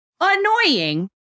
annoying